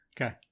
okay